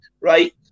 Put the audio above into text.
right